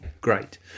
great